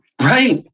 right